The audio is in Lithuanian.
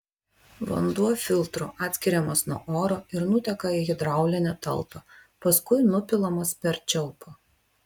vanduo filtru atskiriamas nuo oro ir nuteka į hidraulinę talpą paskui nupilamas per čiaupą